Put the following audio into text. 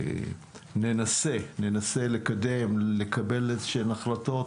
ננסה לקבל איזה שהן החלטות